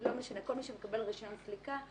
כל מי שמקבל רישיון סליקה,